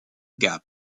gap